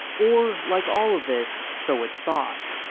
or, like all of this, so it's thought.